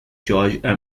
george